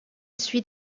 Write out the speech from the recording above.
suit